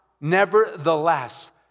nevertheless